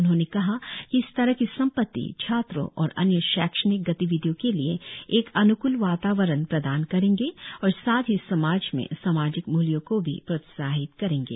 उन्होंने कहा कि इस तरह की संपत्ति छात्रों और अन्य शैक्षणिक गतिविधियों के लिए एक अनुकूल वातावरण प्रदान करेंगे और साथ ही समाज में सामाजिक मूल्यों को भी प्रोत्साहित करेंगे